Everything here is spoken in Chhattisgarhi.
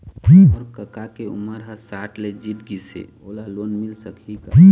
मोर कका के उमर ह साठ ले जीत गिस हे, ओला लोन मिल सकही का?